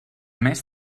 més